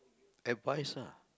advice lah